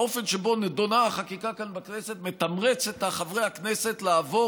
האופן שבו נדונה החקיקה כאן בכנסת מתמרצת את חברי הכנסת לעבור